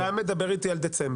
אתה מדבר אתי על דצמבר.